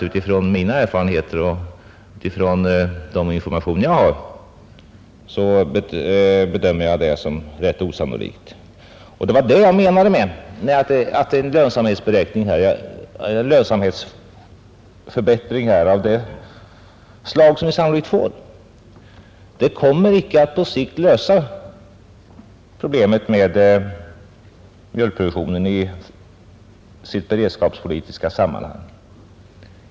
Utifrån mina erfarenheter och de informationer jag har fått bedömer jag det som rätt osannolikt. Det var detta jag menade då jag sade att en lönsamhetsförbättring av det slag, som vi sannolikt får, på sikt icke kommer att lösa problemet med mjölkproduktionen sedd i dess beredskapspolitiska sammanhang.